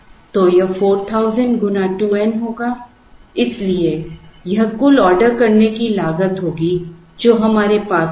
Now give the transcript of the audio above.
तो यह 4000 गुना 2 n होगा इसलिए यह कुल ऑर्डर करने की लागत होगी जो हमारे पास होगी